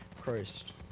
Christ